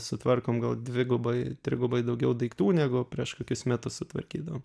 sutvarkom gal dvigubai trigubai daugiau daiktų negu prieš kokius metus sutvarkydavom